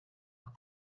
vous